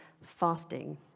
fasting